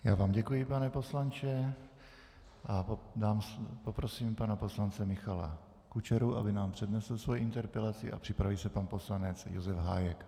Já vám děkuji, pane poslanče, a poprosím pana poslance Michala Kučeru, aby nám přednesl svoji interpelaci, a připraví se pan poslanec Josef Hájek.